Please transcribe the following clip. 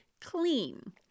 clean